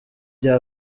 bya